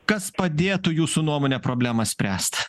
kas padėtų jūsų nuomone problemą spręst